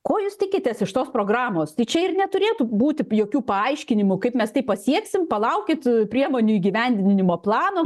ko jūs tikitės iš tos programos tai čia ir neturėtų būti jokių paaiškinimų kaip mes tai pasieksim palaukit priemonių įgyvendinimo plano